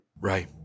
Right